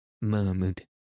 murmured